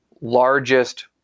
largest